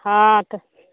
हँ तऽ